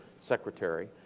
secretary